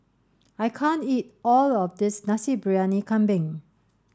I can't eat all of this Nasi Briyani Kambing